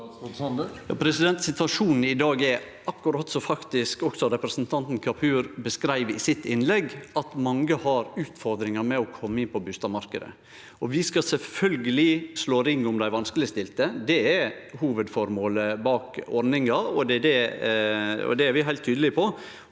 Situasjonen i dag er akkurat slik representanten Kapur beskreiv i sitt innlegg, at mange har utfordringar med å kome inn på bustadmarknaden. Vi skal sjølvsagt slå ring om dei vanskelegstilte. Det er hovudføremålet bak ordninga, og det er vi heilt tydelege på,